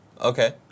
Okay